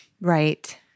Right